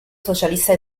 socialista